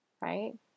Right